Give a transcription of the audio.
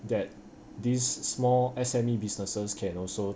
that this small S_M_E businesses can also